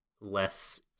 less